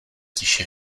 tiše